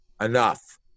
enough